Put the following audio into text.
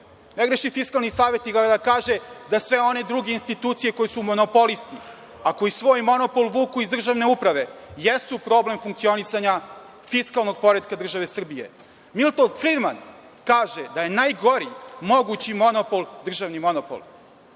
ne greši Fiskalni savet, ne greši i kada kaže da sve one druge institucije koje su monopolisti, a koji svoj monopol vuku iz državne uprave, jesu problem funkcionisanja fiskalnog poretka države Srbije. Milton Fridman kaže da je najgori mogući monopol, državni monopol. Jesu